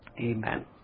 amen